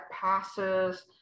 passes